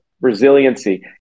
resiliency